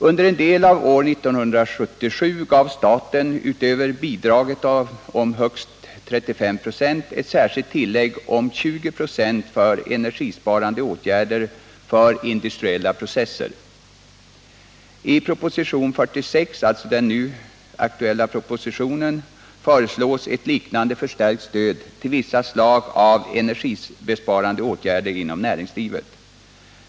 Under en del av år 1977 gav staten utöver bidraget om högst 35 26 ett särskilt tillägg om 2096 för energibesparande åtgärder för industriella processer. I den nu aktuella propositionen, nr 46, föreslås ett liknande förstärkt stöd till vissa slag av energibesparande åtgärder inom näringslivet.